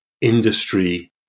industry